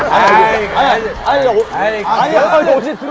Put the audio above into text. i didn't